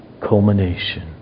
culmination